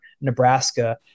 Nebraska